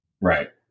Right